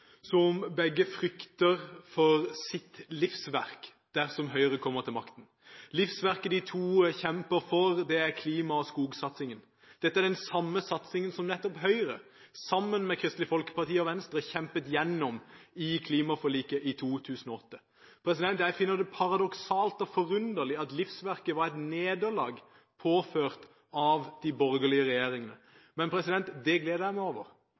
som begge frykter for sitt livsverk dersom Høyre kommer til makten. Livsverket de to kjemper for, er klima- og skogsatsingen. Det er den samme satsingen som nettopp Høyre, sammen med Kristelig Folkeparti og Venstre, kjempet gjennom i klimaforliket i 2008. Jeg finner det paradoksalt og forunderlig at livsverket var et nederlag påført av de borgerlige partiene. Men jeg gleder meg over